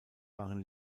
waren